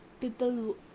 People